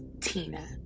Tina